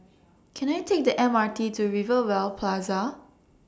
Can I Take The M R T to Rivervale Plaza